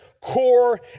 core